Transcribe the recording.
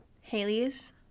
Haley's